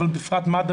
אבל בפרט מד"א,